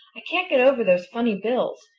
i can't get over those funny bills.